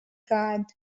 god